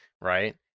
Right